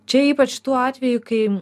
čia ypač tuo atveju kai